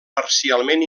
parcialment